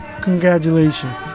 Congratulations